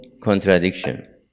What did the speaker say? contradiction